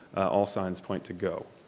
all signs point to go.